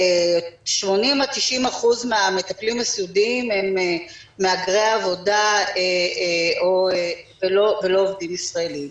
80% עד 90% מהמטפלים הסיעודיים הם מהגרי עבודה ולא עובדים ישראלים.